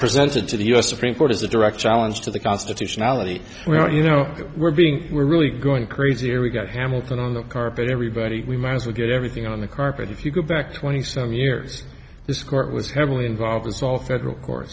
presented to the u s supreme court as a direct challenge to the constitutionality where you know we're being we're really going crazy or we got hamilton on the carpet everybody we might as well get everything on the carpet if you go back twenty seven years this court was heavily involved with all federal court